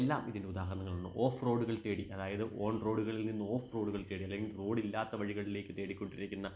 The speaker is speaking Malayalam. എല്ലാം ഇതിനുദാഹരണങ്ങളാണ് ഓഫ് റോഡുകൾ തേടി അതായത് ഓൺ റോഡുകളില്നിന്ന് ഓഫ് റോഡുകൾ തേടി അല്ലെങ്കില് റോഡില്ലാത്ത വഴികളിലേക്ക് തേടിക്കൊണ്ടിരിക്കുന്ന